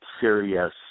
serious